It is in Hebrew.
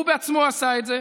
הוא בעצמו עשה את זה,